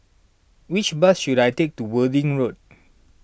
which bus should I take to Worthing Road